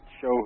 show